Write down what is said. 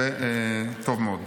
וטוב מאוד.